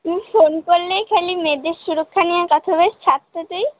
তুই ফোন করলেই খালি মেয়েদের সুরক্ষা নিয়ে কথা বলিস ছাড় তো তুই